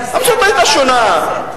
המציאות היתה שונה.